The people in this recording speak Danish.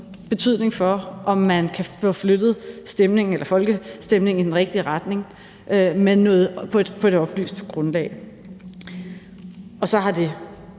betydning for, om man kan få flyttet folkestemningen i den rigtige retning på et oplyst grundlag. Og så har det